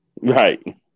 right